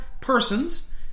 persons